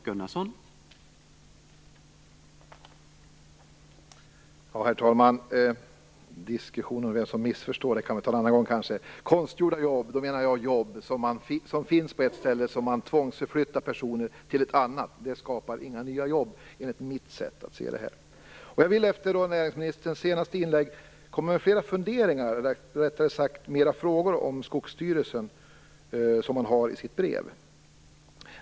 Herr talman! Diskussionen om vem som missförstår kanske vi kan ta en annan gång. Med konstgjorda jobb menar jag när det finns jobb på ett ställe och man tvångsförflyttar personer till ett annat. Det skapar inga nya jobb enligt mitt sätt att se detta. Jag vill efter näringsministerns senaste inlägg komma med flera funderingar, eller rättare sagt flera frågor, om Skogsstyrelsen.